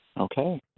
Okay